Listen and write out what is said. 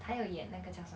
他有演那个叫什么